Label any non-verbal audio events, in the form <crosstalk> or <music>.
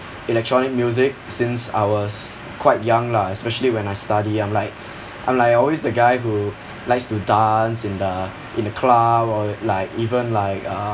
electronic music since I was quite young lah especially when I study I'm like <breath> I'm like always the guy who likes to dance in the in the club or like even like uh